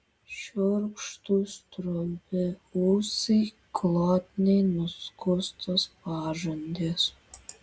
šiurkštūs trumpi ūsai glotniai nuskustos pažandės